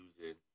using